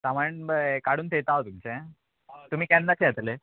सामान बाय काडून थेयतां हांव तुमचें पूण तुमी केन्नाचें येतलें